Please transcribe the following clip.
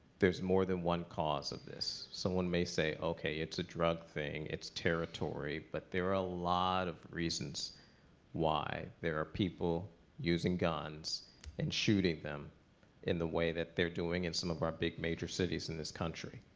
there's more than one cause of this. someone may say, okay. it's a drug thing. it's territory. but there're a lot of reasons why there are people using guns and shooting them in the way that they're doing in some of our big major cities in this country.